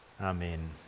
Amen